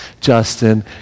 Justin